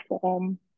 form